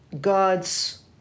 God's